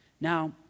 Now